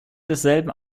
desselben